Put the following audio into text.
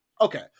okay